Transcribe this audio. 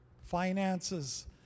Finances